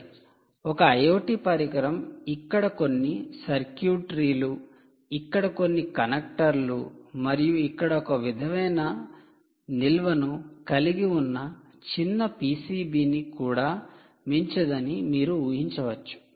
సరే ఒక IoT పరికరం ఇక్కడ కొన్ని సర్క్యూట్రీ లు ఇక్కడ కొన్ని కనెక్టర్లు మరియు ఇక్కడ ఒక విధమైన నిల్వను కలిగి ఉన్న చిన్న PCB ని కూడా మించదని మీరు ఊహించవచ్చు